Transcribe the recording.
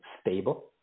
stable